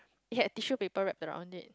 yes tissue paper right to the on it